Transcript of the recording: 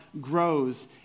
grows